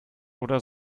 oder